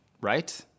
right